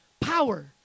Power